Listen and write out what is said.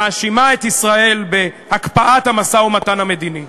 מאשימה את ישראל בהקפאת המשא-ומתן המדיני.